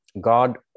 God